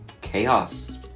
chaos